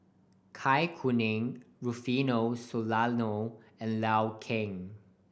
Zai Kuning Rufino Soliano and Liu Kang